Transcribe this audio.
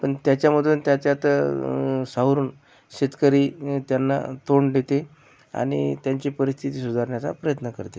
पण त्याच्यामधून त्याच्यात सावरून शेतकरी त्यांना तोंड देते आणि त्यांची परिस्थिती सुधारण्याचा प्रयत्न करते